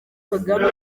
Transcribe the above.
kagame